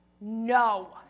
no